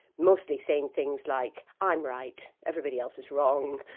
mostly saying things like, i'm right, everybody else is wrong.